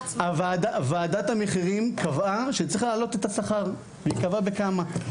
וועדת המחירים קבעה שצריך לעלות את השכר והיא קבעה בכמה,